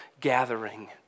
gathering